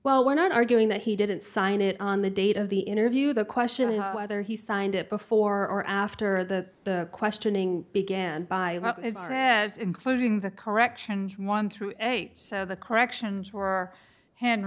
well we're not arguing that he didn't sign it on the date of the interview the question is whether he signed it before or after the questioning began by including the corrections one through eight so the corrections were hand